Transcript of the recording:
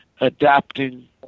adapting